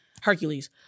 Hercules